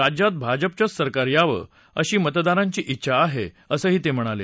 राज्यात भाजपाचंच सरकार यावं अशी मतदारांची छिछा आहे असं ते म्हणाले